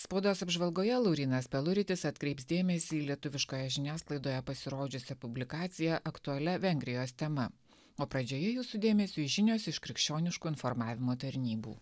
spaudos apžvalgoje laurynas peluritis atkreips dėmesį į lietuviškoje žiniasklaidoje pasirodžiusią publikaciją aktualia vengrijos tema o pradžioje jūsų dėmesiui žinios iš krikščioniškų informavimo tarnybų